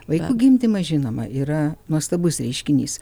vaikų gimdymas žinoma yra nuostabus reiškinys